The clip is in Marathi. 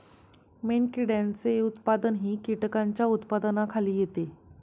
मेणकिड्यांचे उत्पादनही कीटकांच्या उत्पादनाखाली येते